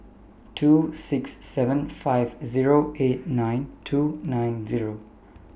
two six seven five Zero eight nine two nine Zero